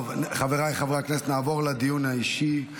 חבריי חברי הכנסת, נעבור לדיון האישי.